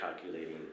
calculating